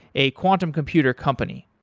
a quantum computer company.